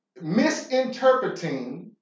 misinterpreting